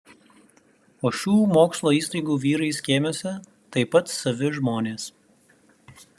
o šių mokslo įstaigų vyrai skėmiuose taip pat savi žmonės